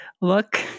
look